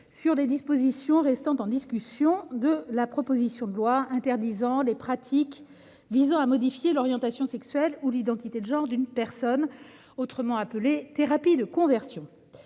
sur les dispositions restant en discussion de la proposition de loi interdisant les pratiques visant à modifier l'orientation sexuelle ou l'identité de genre d'une personne, autrement appelées thérapies de conversion.